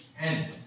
end